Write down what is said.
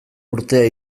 urtea